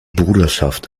bruderschaft